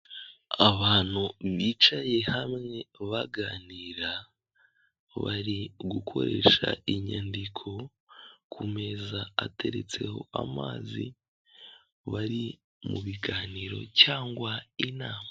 Abantu bicaye hamwe baganira, bari gukoresha inyandiko ku meza ateretseho amazi, bari mu biganiro cyangwa inama.